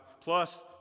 Plus